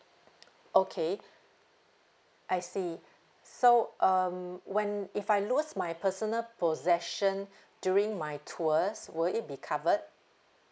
okay I see so um when if I lose my personal possession during my tours would it be covered